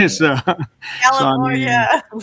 California